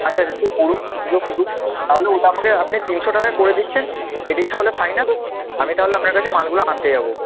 আচ্ছা আচ্ছা সে পড়ুক ওগুলো পড়ুক তাহলে ওটা আমাকে আপনি তিনশো টাকায় করে দিচ্ছেন এটাই তাহলে ফাইনাল আমি তাহলে আপনার কাছে মালগুলো আনতে যাব